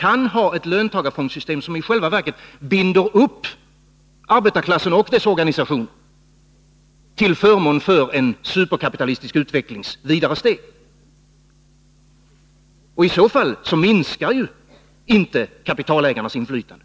kan finnas löntagarfondssystem som i själva verket binder upp arbetarklassen och dess organisationer till förmån för en superkapitalistisk utvecklings vidare steg. I så fall minskar inte kapitalägarnas inflytande.